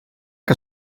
que